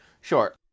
sure